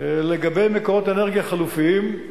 לגבי מקורות אנרגיה חלופיים,